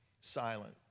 silent